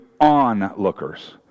onlookers